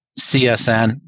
CSN